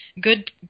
good